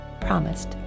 promised